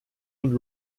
would